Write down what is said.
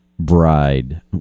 bride